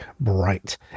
bright